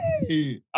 hey